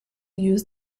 use